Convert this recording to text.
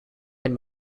and